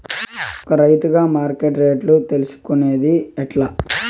ఒక రైతుగా మార్కెట్ రేట్లు తెలుసుకొనేది ఎట్లా?